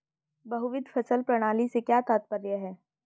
बहुविध फसल प्रणाली से क्या तात्पर्य है?